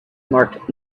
marked